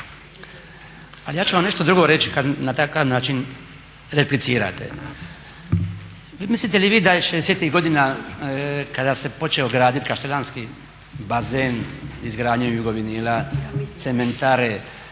Ali ja ću vam nešto drugo reći kada na takav način replicirate. Mislite li vi da je '60.-tih godina kada se počeo graditi kaštelanski bazen, izgradnjom Jugovinila cementare